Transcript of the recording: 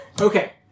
Okay